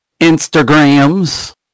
Instagrams